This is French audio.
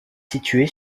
située